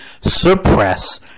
suppress